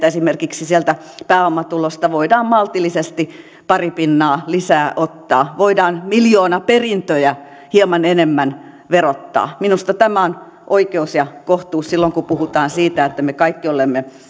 esimerkiksi sieltä pääomatulosta voidaan maltillisesti pari pinnaa lisää ottaa voidaan miljoonaperintöjä hieman enemmän verottaa minusta tämä on oikeus ja kohtuus silloin kun puhutaan siitä että me kaikki olemme